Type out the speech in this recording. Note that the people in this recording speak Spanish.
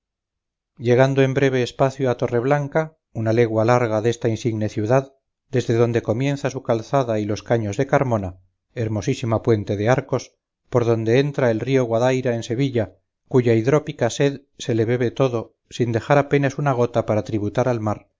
llegando en breve espacio a torreblanca una legua larga desta insigne ciudad desde donde comienza su calzada y los caños de carmona hermosísima puente de arcos por donde entra el río guadaira en sevilla cuya hidrópica sed se le bebe todo sin dejar apenas una gota para tributar al mar